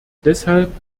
deshalb